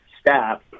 staff